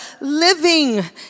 living